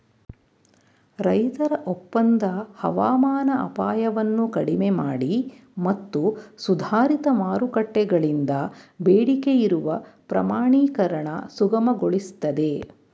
ರೈತರ ಒಪ್ಪಂದ ಹವಾಮಾನ ಅಪಾಯವನ್ನು ಕಡಿಮೆಮಾಡಿ ಮತ್ತು ಸುಧಾರಿತ ಮಾರುಕಟ್ಟೆಗಳಿಂದ ಬೇಡಿಕೆಯಿರುವ ಪ್ರಮಾಣೀಕರಣ ಸುಗಮಗೊಳಿಸ್ತದೆ